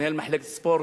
מנהל מחלקת ספורט,